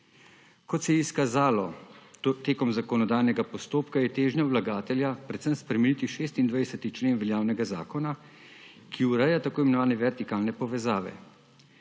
Kot se je izkazalo tekom zakonodajnega postopka, je težnja vlagatelja predvsem spremeniti 26. člen veljavnega zakona, ki ureja tako imenovane vertikalne povezave.